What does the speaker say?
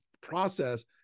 process